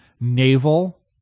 naval